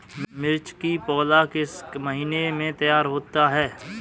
मिर्च की पौधा किस महीने में तैयार होता है?